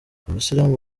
abasilamu